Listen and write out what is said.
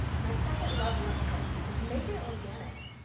my second level up tip is make it organic.